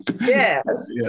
Yes